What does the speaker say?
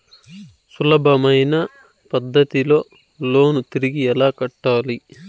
సులభమైన పద్ధతిలో లోను తిరిగి ఎలా కట్టాలి